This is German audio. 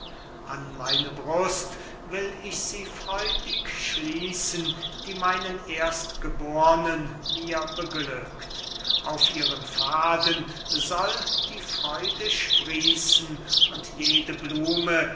an meine brust will ich sie freudig schließen die meinen erstgebornen mir beglückt auf ihren pfaden soll die freude sprießen und jede blume